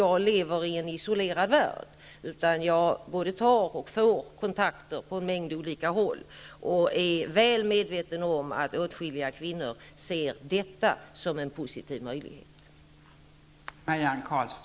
Jag lever inte i en isolerad värld, utan jag både tar och får kontakter på en mängd olika håll, och jag är väl medveten om att åtskilliga kvinnor ser detta som en positiv möjlighet.